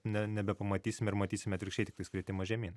ne nebepamatysime ir matysime atvirkščiai tiktais kritimą žemyn